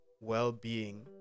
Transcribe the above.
well-being